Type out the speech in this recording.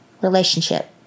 relationship